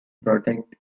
protect